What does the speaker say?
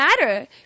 matter